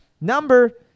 number